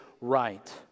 right